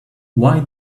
why